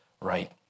right